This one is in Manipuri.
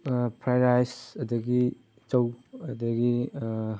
ꯐ꯭ꯔꯥꯏ ꯔꯥꯏꯁ ꯑꯗꯒꯤ ꯆꯧ ꯑꯗꯒꯤ